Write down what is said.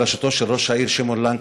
בראשותו של ראש העיר שמעון לנקרי,